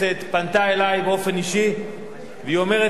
פונה אלי באופן אישי ואומרת לי: